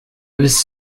was